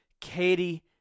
Katie